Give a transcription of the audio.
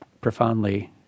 profoundly